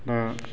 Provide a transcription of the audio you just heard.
दा